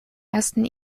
ersten